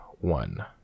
one